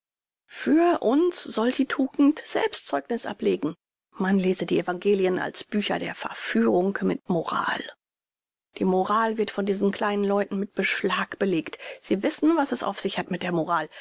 für uns soll die tugend selbst zeugniß ablegen man lese die evangelien als bücher der verführung mit moral die moral wird von diesen kleinen leuten mit beschlag belegt sie wissen was es auf sich hat mit der moral